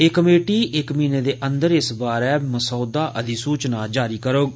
एह् कमेटी इक म्हीनें दे अन्दर इस बारै इच मसौदा अधिसूचना जारी करौग